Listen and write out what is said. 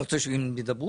אתה רוצה שהם ידברו?